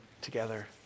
together